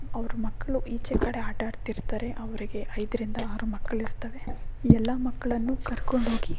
ಅವ್ರ ಮಕ್ಕಳು ಈಚೆ ಕಡೆ ಆಟ ಆಡ್ತಿರ್ತಾರೆ ಅವರಿಗೆ ಐದರಿಂದ ಆರು ಮಕ್ಕಳಿರ್ತವೆ ಎಲ್ಲ ಮಕ್ಕಳನ್ನು ಕರ್ಕೊಂಡೋಗಿ